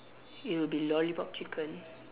it will be lollipop chicken